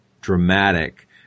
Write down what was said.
dramatic